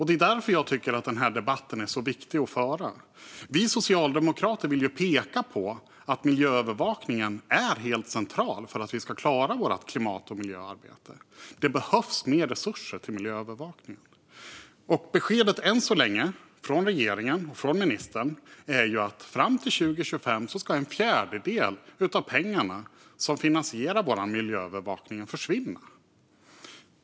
Det är därför tycker jag att den här debatten är viktig att föra. Vi socialdemokrater pekar på att miljöövervakningen är helt central för att Sverige ska klara sitt klimat och miljöarbete. Mer resurser behövs till miljöövervakning. Beskedet från regeringen och ministern är dock än så länge att en fjärdedel av de pengar som finansierar miljöövervakningen ska försvinna fram till 2025.